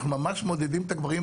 אנחנו ממש מעודדים את הגברים.